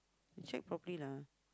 check properly lah